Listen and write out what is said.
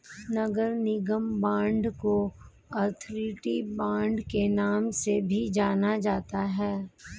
नगर निगम बांड को authority bond के नाम से भी जाना जाता है